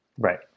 Right